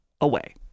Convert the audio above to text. away